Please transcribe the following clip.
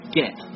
get